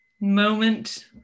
moment